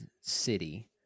city